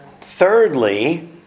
thirdly